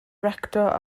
rector